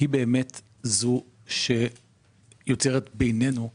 היא באמת זו שיוצרת בינינו תחרות,